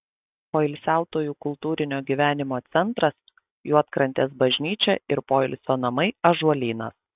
poilsiautojų kultūrinio gyvenimo centras juodkrantės bažnyčia ir poilsio namai ąžuolynas